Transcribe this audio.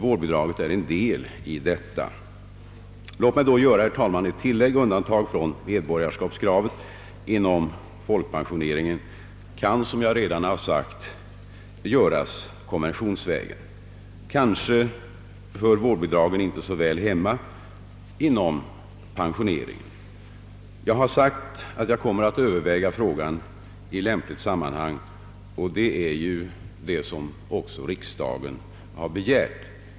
Vårdbidraget är en del av denna trygghet. Jag vill, herr talman, göra det tillägget att undantag från medborgarskapskravet inom folkpensioneringen kan göras konventionsvägen. Kanske hör vårdbidragen inte så väl hemma inom pensioneringen. Jag har sagt att jag kommer att överväga frågan i lämpligt sammanhang, och det är också vad riksdagen har begärt.